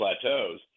plateaus